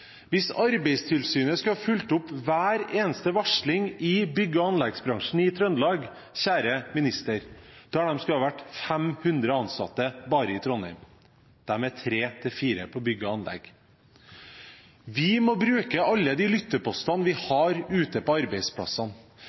Hvis Arbeidstilsynet skulle fulgt opp hver eneste varsling i bygg- og anleggsbransjen i Trøndelag, måtte det ha vært 500 ansatte bare i Trondheim – de er tre til fire på bygg og anlegg. Vi må bruke alle de lyttepostene vi har ute på arbeidsplassene.